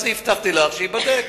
הבטחתי לך שהנושא הזה ייבדק.